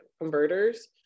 converters